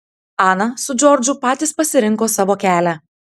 ana su džordžu patys pasirinko savo kelią